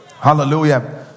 Hallelujah